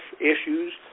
issues